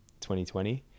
2020